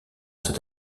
cet